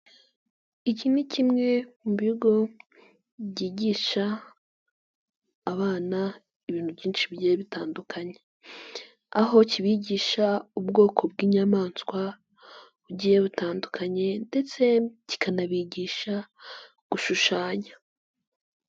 Iki ni kimwe mu bigo byigisha abana ibintu byinshi bigiye bitandukanye aho kibigisha ubwoko bw'inyamaswa bugiye butandukanye ndetse kikanabigisha gushushanya.